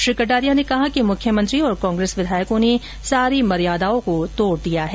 श्री कटारिया ने कहा कि मुख्यमंत्री और कांग्रेस विधायकों ने सारी मर्यादाओं को तोड़ दिया है